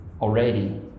already